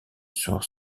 sur